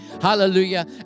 Hallelujah